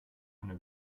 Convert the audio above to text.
eine